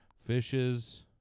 fishes